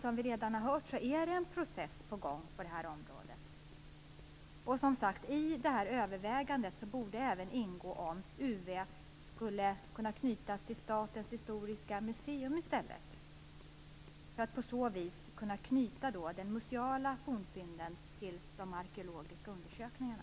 Som vi redan har hört är det en process på gång på det här området. I det här övervägandet borde det även ingå om UV i stället skulle kunna knytas till Statens historiska museer för att på så vis kunna knyta de museala fornfynden till de arkeologiska undersökningarna.